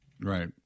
Right